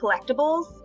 collectibles